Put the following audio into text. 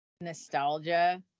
nostalgia